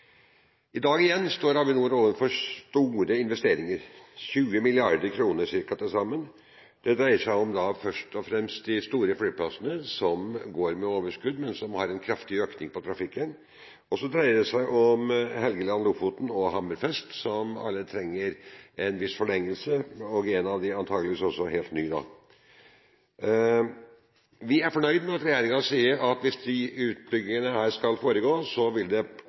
I dag står Avinor overfor store investeringer – ca. 20 mrd. kr til sammen. Det dreier seg først og fremst om de store flyplassene som går med overskudd, men som har en kraftig økning i trafikken. Det dreier seg også om Helgeland, Lofoten og Hammerfest, som alle tre trenger en viss forlengelse – og en av dem også helt ny flyplass. Vi er fornøyd med at regjeringen sier at hvis disse utbyggingene skal gjennomføres, vil det